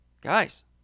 Guys